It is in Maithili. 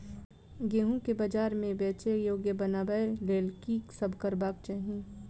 गेंहूँ केँ बजार मे बेचै योग्य बनाबय लेल की सब करबाक चाहि?